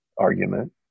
argument